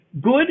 Good